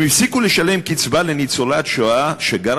הם הפסיקו לשלם קצבה לניצולת שואה שגרה